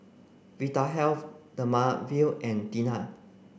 Vitahealth Dermaveen and Tena